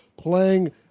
playing